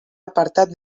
apartat